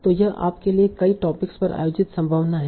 तो यह आप के लिए कई टॉपिक्स पर आयोजित संभावना है